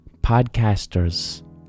Podcasters